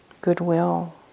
goodwill